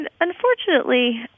unfortunately